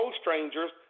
strangers